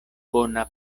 bona